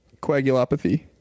Coagulopathy